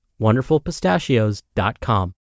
wonderfulpistachios.com